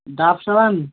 Dove সাবান